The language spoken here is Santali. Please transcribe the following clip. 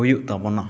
ᱦᱩᱭᱩᱜ ᱛᱟᱵᱚᱱᱟ